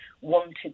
wanted